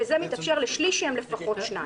וזה מתאפשר לשליש שהם לפחות שניים.